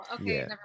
okay